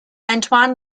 antoine